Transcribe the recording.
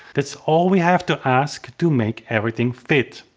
that is all we have to ask to make everything fit.